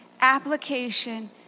application